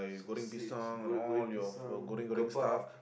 sausage goreng goreng-pisang Kebab